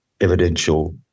evidential